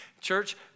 Church